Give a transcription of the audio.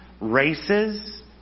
races